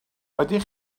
ydych